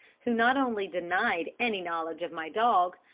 who not only denied any knowledge of my dog,